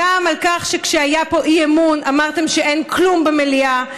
גם על כך שכשהיה פה אי-אמון אמרתם שאין כלום במליאה,